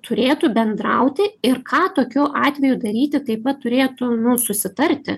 turėtų bendrauti ir ką tokiu atveju daryti taip pat turėtų nu susitarti